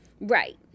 Right